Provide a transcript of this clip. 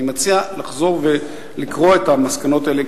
אני מציע לחזור ולקרוא את המסקנות האלה,